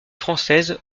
française